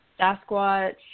Sasquatch